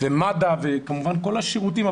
וכמובן כל השירותים,